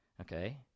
okay